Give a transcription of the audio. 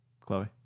Chloe